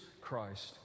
Christ